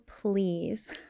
please